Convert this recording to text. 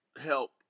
help